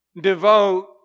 devote